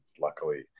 luckily